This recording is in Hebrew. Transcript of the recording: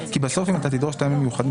כי בסוף אם אתה תדרוש טעמים מיוחדים,